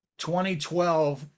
2012